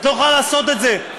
את לא יכולה לעשות את זה.